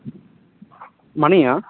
మనీయా